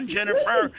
Jennifer